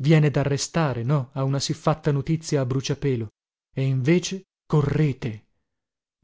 viene da restare no a una siffatta notizia a bruciapelo e invece correte